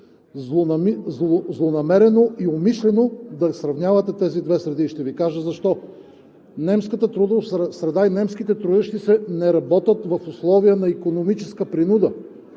злонамерено и умишлено да сравнявате тези две среди и ще Ви кажа защо. Немската трудова среда, немските трудещи се не работят в условия на икономическа принуда